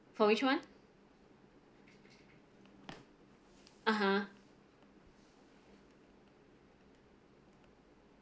for which [one] (uh huh)